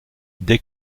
dès